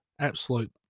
Absolute